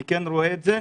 אני כן רואה את זה.